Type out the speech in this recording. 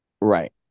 right